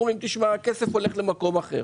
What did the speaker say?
ואומרים: "הכסף הולך למקום אחר".